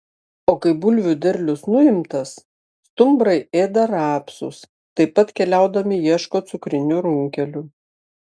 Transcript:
o kai bulvių derlius nuimtas stumbrai ėda rapsus taip pat keliaudami ieško cukrinių runkelių